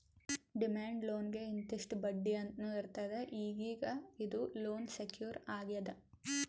demand ಲೋನ್ಗ್ ಇಂತಿಷ್ಟ್ ಬಡ್ಡಿ ಅಂತ್ನೂ ಇರ್ತದ್ ಈಗೀಗ ಇದು ಲೋನ್ ಸೆಕ್ಯೂರ್ ಆಗ್ಯಾದ್